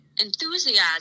enthusiasm